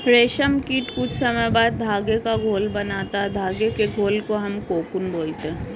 रेशम कीट कुछ समय बाद धागे का घोल बनाता है धागे के घोल को हम कोकून बोलते हैं